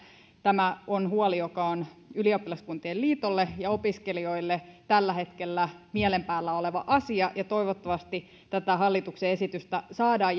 tämä on huoli joka on suomen ylioppilaskuntien liitolle ja opiskelijoille tällä hetkellä mielen päällä oleva asia ja toivottavasti tätä hallituksen esitystä saadaan